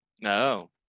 No